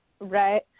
right